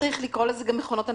לא צריך לקרוא לזה מכונות הנשמה.